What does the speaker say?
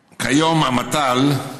המת"ל,